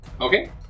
Okay